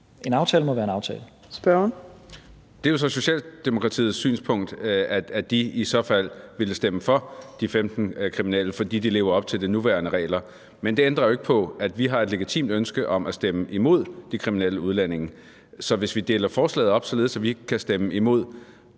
Kl. 15:50 Marcus Knuth (KF): Det er jo så Socialdemokratiets synspunkt, at de i så fald ville stemme for de 15 kriminelle, fordi de lever op til de nuværende regler. Men det ændrer jo ikke på, at vi har et legitimt ønske om at stemme imod de kriminelle udlændinge. Så hvis vi deler forslaget op, således at vi ikke kan stemme imod